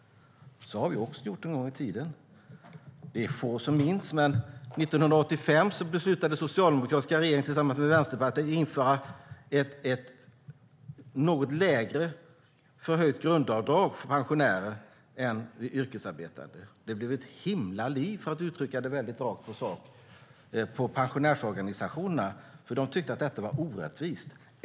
Så har Sverige också gjort en gång i tiden. Det är få som minns det, men 1985 beslutade den socialdemokratiska regeringen tillsammans med Vänsterpartiet att införa ett något lägre förhöjt grundavdrag för pensionärer än för yrkesarbetande. Det blev ett himla liv, för att uttrycka det rakt på sak, på pensionärsorganisationerna. De tyckte att detta var orättvist.